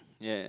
ya